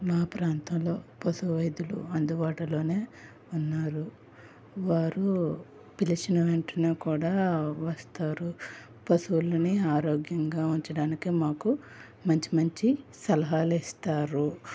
మా ప్రాంతంలో పశు వైదులు అందుబాటులోనే ఉన్నారు వారు పిలిచిన వెంటనే కూడా వస్తారు పశువులని ఆరోగ్యంగా ఉంచడాక మాకు మంచి మంచి సలహాలు ఇస్తారు